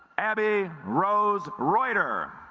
abby rose reuter